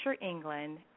England